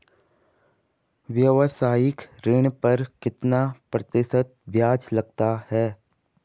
व्यावसायिक ऋण पर कितना प्रतिशत ब्याज लगता है?